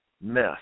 mess